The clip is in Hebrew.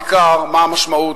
בעיקר מה המשמעות,